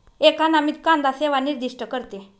एक अनामित कांदा सेवा निर्दिष्ट करते